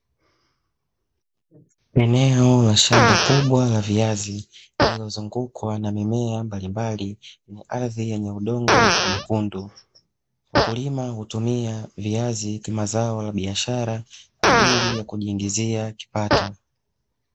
Eneo la shamba kubwa la viazi, lililozungukwa na mimea mbalimbali yenye ardhi yenye udongo mwekundu. Wakulima hutumia viazi kama zao ya biashara kwa ajili ya kujiingizia kipato.